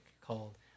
called